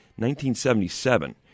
1977